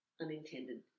unintended